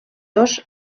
dos